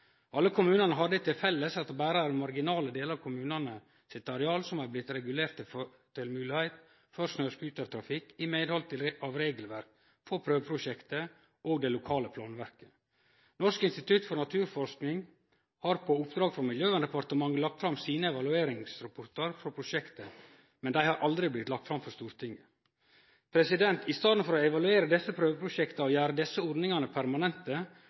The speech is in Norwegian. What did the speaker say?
Alle kommunane har det til felles at det berre er marginale delar av kommunane sitt areal som har blitt regulerte med mogligheit for snøscootertrafikk, i medhald av regelverket for prøveprosjektet og det lokale planverket. Norsk institutt for naturforsking har på oppdrag frå Miljøverndepartementet lagt fram sine evalueringsrapportar frå prosjektet, men dei har aldri blitt lagde fram for Stortinget. I staden for å evaluere desse prøveprosjekta og gjere ordningane permanente,